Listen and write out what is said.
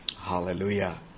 hallelujah